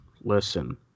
Listen